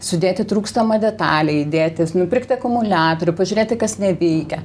sudėti trūkstamą detalę įdėti nupirkti akumuliatorių pažiūrėti kas neveikia